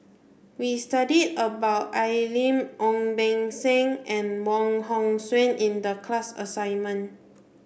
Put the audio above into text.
we studied about Al Lim Ong Beng Seng and Wong Hong Suen in the class assignment